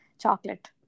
chocolate